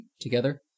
together